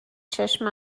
چشم